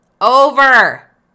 Over